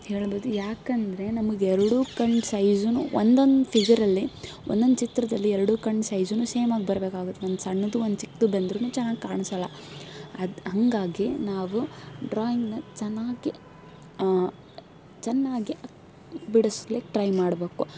ಹೇಳ್ಬೋದು ಯಾಕೆಂದ್ರೆ ನಮಗೆ ಎರಡೂ ಕಣ್ಣು ಸೈಜ್ನು ಒಂದೊಂದು ಫಿಗರಲ್ಲೆ ಒಂದೊಂದು ಚಿತ್ರದಲ್ಲಿ ಎರಡೂ ಕಣ್ಣು ಸೈಜ್ನೂ ಸೇಮಾಗಿ ಬರ್ಬೇಕಾಗುತ್ತೆ ಒಂದು ಸಣ್ಣದ್ದು ಒಂದು ಚಿಕ್ಕದ್ದು ಬಂದರೂನು ಚೆನ್ನಾಗಿ ಕಾಣ್ಸೋಲ್ಲ ಅದು ಹಾಗಾಗೆ ನಾವು ಡ್ರಾಯಿಂಗ್ನ ಚೆನ್ನಾಗಿ ಚೆನ್ನಾಗಿಯೇ ಬಿಡಿಸ್ಲಿಕ್ಕೆ ಟ್ರೈ ಮಾಡ್ಬೇಕು